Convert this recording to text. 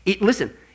Listen